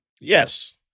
yes